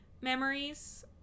memories